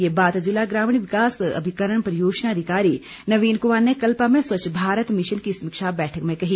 ये बात जिला ग्रामीण विकास अभिकरण परियोजना अधिकारी नवीन कुमार ने कल्पा में स्वच्छ भारत मिशन की समीक्षा बैठक में कही